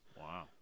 Wow